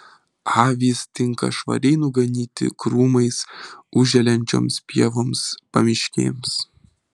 avys tinka švariai nuganyti krūmais užželiančioms pievoms pamiškėms